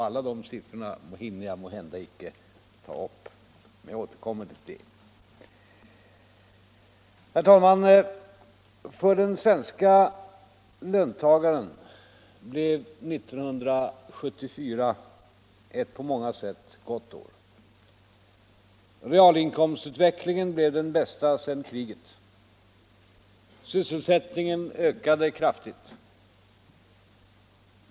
Alla de siffrorna hinner jag måhända icke ta upp, men jag återkommer till dem. Herr talman! För den svenska löntagaren blev 1974 ett på många sätt gott år. Realinkomstutvecklingen blev den bästa sedan kriget. Sysselsättningen ökade kraftigt.